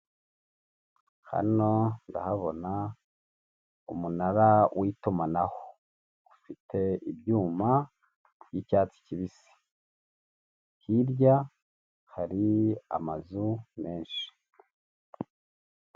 Hano ndahabona umunara w'itumanaho ufite ibyuma by'icyatsi kibisi, hirya hari amazu menshi.